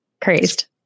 crazed